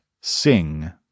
sing